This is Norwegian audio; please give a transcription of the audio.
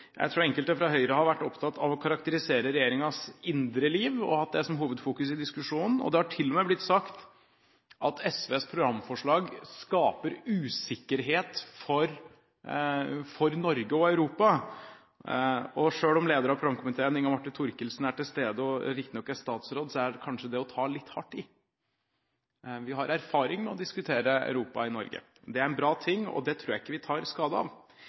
Jeg tror enkelte fra Høyre har vært opptatt av å karakterisere regjeringens indre liv og hatt det som hovedfokus i diskusjonen, og det har til og med blitt sagt at SVs programforslag skaper usikkerhet for Norge og Europa. Selv om lederen av programkomiteen, Inga Marte Thorkildsen, er til stede og riktignok er statsråd, er kanskje det å ta litt hardt i. Vi har erfaring med å diskutere Europa i Norge. Det er en bra ting, og det tror jeg ikke vi tar skade av.